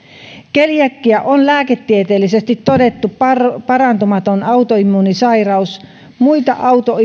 keliakia on lääketieteellisesti todettu parantumaton autoimmuunisairaus muita